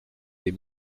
des